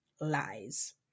lies